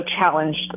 challenged